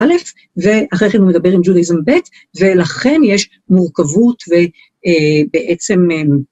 א' ואחרי כן הוא מדבר עם ג'ודייזם ב' ולכן יש מורכבות ובעצם.